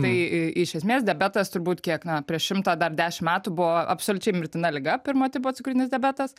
tai iš esmės diabetas turbūt kiek na prieš šimtą dar dešimt metų buvo absoliučiai mirtina liga pirmo tipo cukrinis diabetas